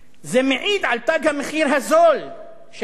זה מעיד על תג המחיר הזול שהמערכת,